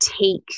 take